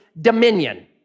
dominion